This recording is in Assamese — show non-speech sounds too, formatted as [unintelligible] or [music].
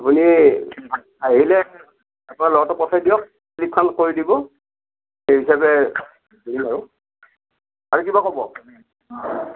আপুনি আহিলে আপোনাৰ ল'ৰাটোক পঠাই দিয়ক শ্লীপখন কৰি দিব সেই হিচাপে দিম আৰু আৰু কিবা ক'ব [unintelligible]